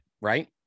Right